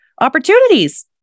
opportunities